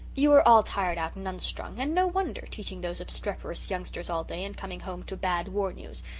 you are all tired out and unstrung and no wonder, teaching those obstreperous youngsters all day and coming home to bad war news.